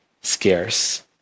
scarce